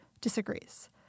disagrees